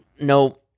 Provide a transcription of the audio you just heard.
No